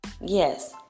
Yes